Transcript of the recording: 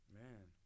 man